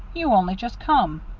you only just come.